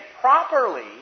properly